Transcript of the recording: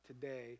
today